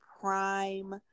prime